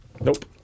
Nope